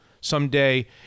someday